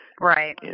Right